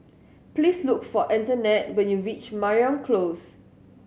please look for Antonette when you reach Mariam Close